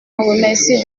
remercie